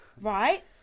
right